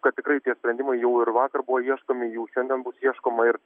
kad tie sprendimai jau ir vakar buvo ieškomi jų šiandien bus ieškoma ir